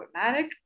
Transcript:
automatic